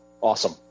Awesome